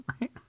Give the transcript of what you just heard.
Right